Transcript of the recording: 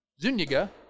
Zuniga